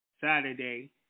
Saturday